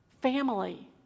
family